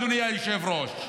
אדוני היושב-ראש,